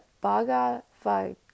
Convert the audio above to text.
Bhagavad